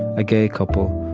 a gay couple,